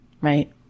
Right